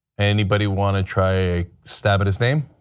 anybody want to try a stab at his name?